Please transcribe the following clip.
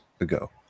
ago